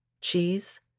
cheese